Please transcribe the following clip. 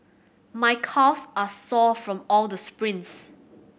my calves are sore from all the sprints